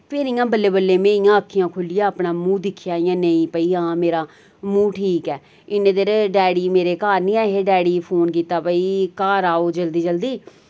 फेर इयां बल्लें बल्लें मैं इयां अक्खियां खोलियै अपना मूंह दिकखेआ इयां नेईं भई हां मेरा मूंह ठीक ऐ इन्ने देर डैडी मेरे घर नि ऐ हे डैडी गी फोन कीता भई घर आओ जल्दी जल्दी